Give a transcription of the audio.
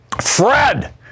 Fred